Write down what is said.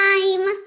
time